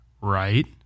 Right